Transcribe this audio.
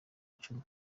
icumi